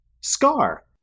Scar